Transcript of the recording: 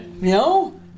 No